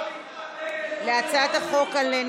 לא להתפרנס, לא להתחתן ולא למות.